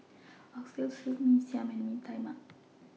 Oxtail Soup Mee Siam and Mee Tai Mak